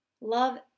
love